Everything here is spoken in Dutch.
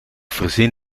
verzin